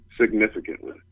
Significantly